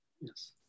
yes